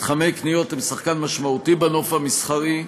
מתחמי קניות הם שחקן משמעותי בנוף המסחרי,